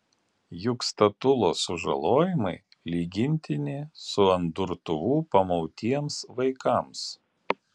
juk statulos sužalojimai lygintini su ant durtuvų pamautiems vaikams